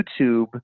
YouTube